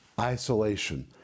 isolation